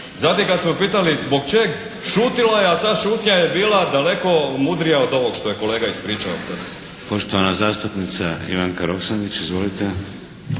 Zatim kad smo ju pitali zbog čeg, šutila je, ali ta šutnja je bila daleko mudrija od ovog što je kolega ispričao sad. **Šeks, Vladimir (HDZ)** Poštovana zastupnica Ivanka Roksandić. Izvolite.